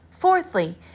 Fourthly